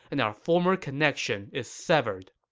and our former connection is severed.